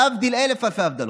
להבדיל אלף-אלפי הבדלות?